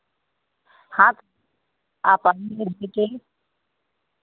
हाँ आप आइए लेके